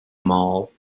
mall